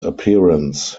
appearance